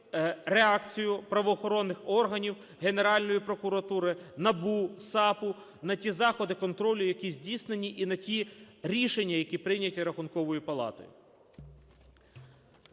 реакцію правоохоронних органів: Генеральної прокуратури, НАБУ, САПУ - на ті заходи контролю, які здійснені, і на ті рішення, які прийняті Рахунковою палатою.